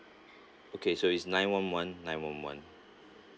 okay so is nine one one nine one one